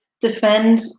Defend